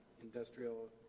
Industrial